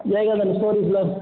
Jayakanthan ஸ்டோரியெலாம்